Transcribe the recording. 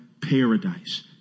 Paradise